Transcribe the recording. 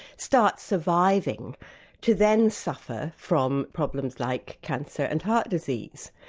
start surviving to then suffer from problems like cancer and heart disease.